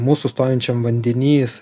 mūsų stovinčiam vandeny